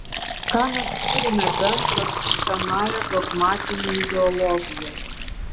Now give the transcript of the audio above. ką mes turime bendra su senąja dogmatine ideologija